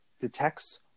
detects